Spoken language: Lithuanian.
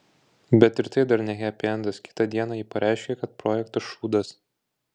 bet ir tai dar ne hepiendas kitą dieną ji pareiškė kad projektas šūdas